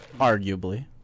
Arguably